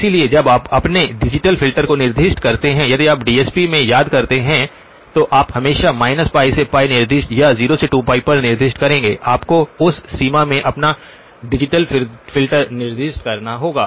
इसलिए जब आप अपने डिजिटल फ़िल्टर को निर्दिष्ट करते हैं यदि आप डीएसपी में याद करते हैं तो आप हमेशा -π से निर्दिष्ट या 0 से 2 π तक निर्दिष्ट करेंगे आपको उस सीमा में अपना डिजिटल फ़िल्टर निर्दिष्ट करना होगा